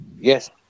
Yes